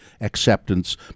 acceptance